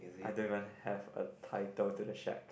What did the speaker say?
I don't even have a title to the shack